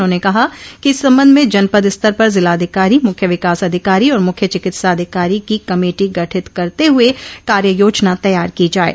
उन्होंने कहा कि इस संबंध में जनपद स्तर पर जिलाधिकारी मुख्य विकास अधिकारी और मुख्य चिकित्सा अधिकारी की कमेटी गठित करते हुए कार्य योजना तैयार की जाये